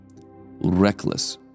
reckless